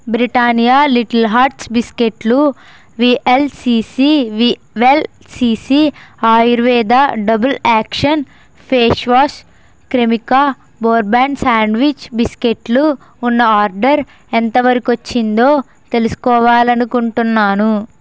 Britannia little hearts బిస్కెట్లు VLCC వివెల్సిసి Ayurveda double action face wash Cremica bourbon sandwich బిస్కెట్లు ఉన్న ఆర్డర్ ఎంతవరకు వచ్చిందో తెలుసుకోవాలి అనుకుంటున్నాను